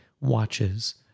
watches